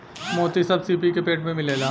मोती सब सीपी के पेट में मिलेला